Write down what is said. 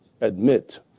admit